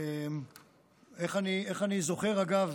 איך אני זוכר, אגב,